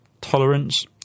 tolerance